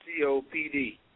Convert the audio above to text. COPD